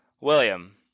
William